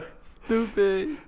Stupid